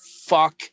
Fuck